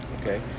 Okay